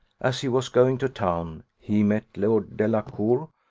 as he was going to town, he met lord delacour,